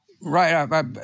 Right